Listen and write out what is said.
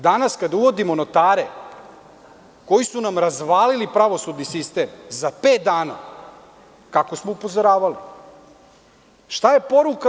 Danas kada uvodimo notare, koji su nam razvalili pravosudni sistem za pet dana, kao što smo i upozoravali, šta je poruka?